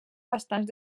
bastants